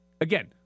again